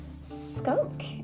skunk